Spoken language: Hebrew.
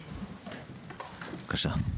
בבקשה.